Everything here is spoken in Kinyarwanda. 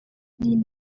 riri